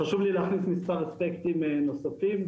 חשוב לי להכניס מספר אספקטים נוספים,